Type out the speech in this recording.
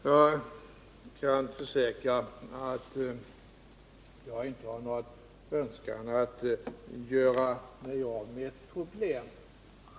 Jag kan försäkra att jag inte har någon önskan att göra mig av med något problem.